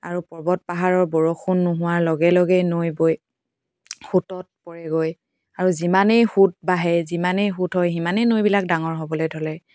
আৰু পৰ্বত পাহাৰৰ বৰষুণ নোহোৱাৰ লগে লগেই নৈ বয় সোঁতত পৰেগৈ আৰু যিমানেই সোঁত বাঢ়ে যিমানেই সোঁত হয় সিমানেই নৈবিলাক ডাঙৰ হ'বলৈ ধৰে